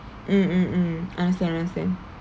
mm mm mm understand understand